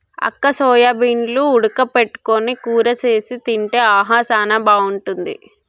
అక్క సోయాబీన్లు ఉడక పెట్టుకొని కూర సేసి తింటే ఆహా సానా బాగుంటుంది